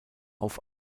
auf